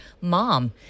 mom